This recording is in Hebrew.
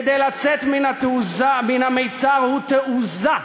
כדי לצאת מן המצר, הוא תעוזה,